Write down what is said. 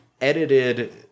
edited